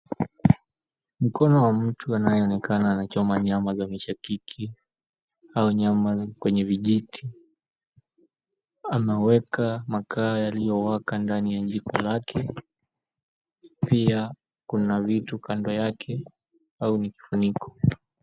Mkono wa mtu anayeonekana anachoma manyama za mishakiki au nyama kwenye vijiti, anaweka makaa yaliyowaka ndani ya jiko lake na pia kuna vitu kando yake au vifuniko.